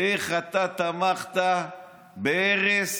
איך אתה תמכת בהרס